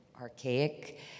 archaic